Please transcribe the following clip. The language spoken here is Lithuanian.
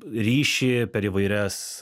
ryšį per įvairias